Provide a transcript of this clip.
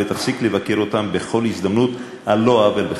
ותפסיק לבקר אותם בכל הזדמנות על לא עוול בכפם.